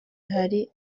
hari